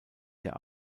der